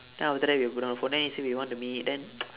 then after that he will put down the phone then he say he want to meet then